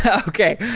ah okay.